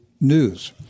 news